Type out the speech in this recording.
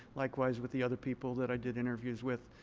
likewise with the other people that i did interviews with.